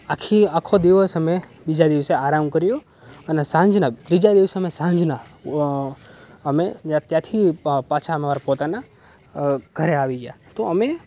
આખો આખો દિવસ અમે બીજા દિવસે આરામ કર્યો અને સાંજના ત્રીજા દિવસે અમે સાંજના અમે ત્યાંથી પ પાછા અમાર પોતાના ઘરે આવી ગયા તો અમે